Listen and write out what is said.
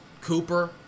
Cooper